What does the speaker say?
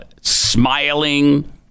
Smiling